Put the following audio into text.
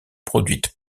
produite